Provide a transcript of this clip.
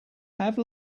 have